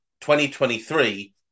2023